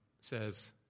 says